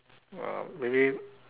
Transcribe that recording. uh maybe